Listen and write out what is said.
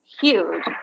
huge